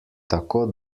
tako